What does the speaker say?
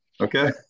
Okay